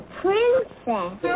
princess